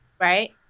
right